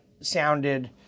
sounded